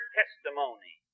testimony